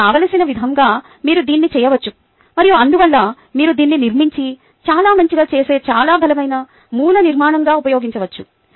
మీకు కావలసిన విధంగా మీరు దీన్ని చెయ్యవచ్చు మరియు అందువల్ల మీరు దీన్ని నిర్మించి చాలా మంచిగా చేసే చాలా బలమైన మూల నిర్మాణంగా ఉపయోగించవచ్చు